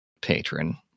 patron